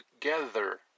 together